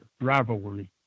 rivalry